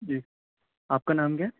جی آپ کا نام کیا ہے